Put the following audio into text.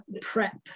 prep